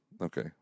Okay